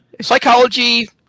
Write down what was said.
Psychology